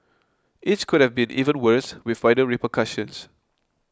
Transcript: each could have been even worse with wider repercussions